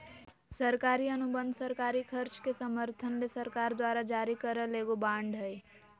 सरकारी अनुबंध सरकारी खर्च के समर्थन ले सरकार द्वारा जारी करल एगो बांड हय